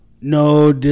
No